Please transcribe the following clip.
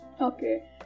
Okay